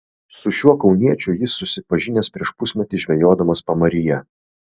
su šiuo kauniečiu jis susipažinęs prieš pusmetį žvejodamas pamaryje